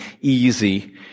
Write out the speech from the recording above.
easy